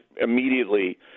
immediately